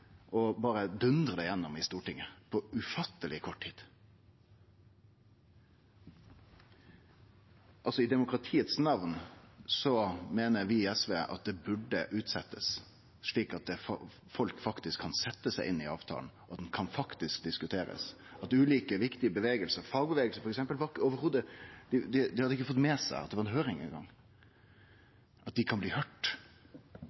og berre dundrar det gjennom i Stortinget på ufatteleg kort tid. I demokratiets namn meiner vi i SV at dette burde utsetjast, slik at folk faktisk kan setje seg inn i avtalen, at han faktisk kan diskuterast, at ulike viktige rørsler – fagrørsla hadde ikkje eingong fått med seg at det var ei høyring – kan bli høyrde. Derfor meiner vi at det